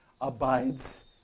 abides